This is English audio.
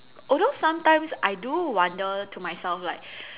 although sometimes I do wonder to myself like